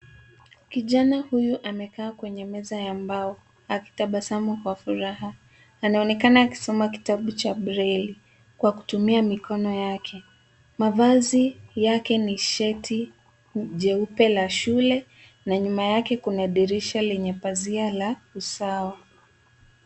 Kijana huyu amekaa kwenye meza ya mbao akitabasamu kwa furaha. Anaonekana akisoma kitabu cha breli kwa kutumia mikono yake. Mavazi yake ni sheti jeupe la shule na nyuma yake kuna dirisha lenye pazia la usawa.